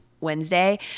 Wednesday